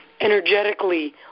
energetically